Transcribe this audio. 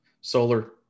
solar